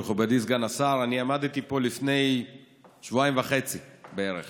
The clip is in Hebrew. מכובדי סגן השר, עמדתי פה לפני כשבועיים וחצי בערך